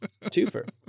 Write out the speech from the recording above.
Twofer